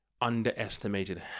underestimated